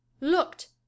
looked